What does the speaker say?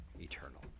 eternal